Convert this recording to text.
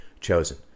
chosen